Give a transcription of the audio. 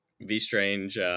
V-Strange